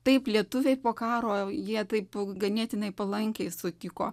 taip lietuviai po karo jie taip ganėtinai palankiai sutiko